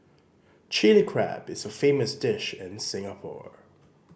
Chilli Crab is a famous dish in Singapore